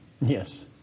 Yes